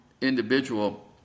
individual